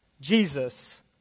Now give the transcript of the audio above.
Jesus